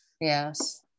yes